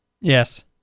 Yes